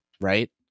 right